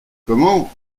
comment